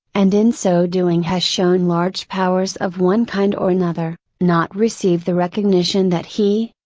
and in so doing has shown large powers of one kind or another, not receive the recognition that he,